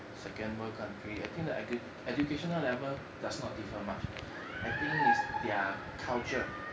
second world country I think that their edu~ educational level does not differ much I think is their culture